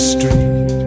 Street